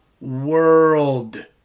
world